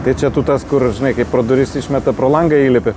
tai čia tu tas kur žinai kai pro duris išmeta pro langą įlipi